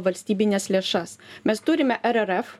valstybines lėšas mes turime rrf